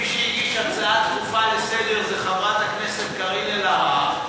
מי שהגישה הצעה דחופה לסדר-היום זו חברת הכנסת קארין אלהרר.